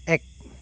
এক